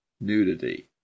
nudity